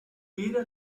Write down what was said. era